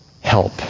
help